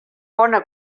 bona